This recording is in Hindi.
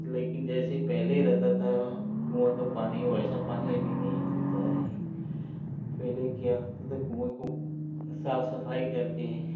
लेकिन जैसे पहले रहता था कुआँ का पानी वैसा अब नहीं मिलता है पहले क्या होता था कुएँ को साफ सफाई करके